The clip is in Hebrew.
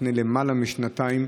לפני למעלה משנתיים,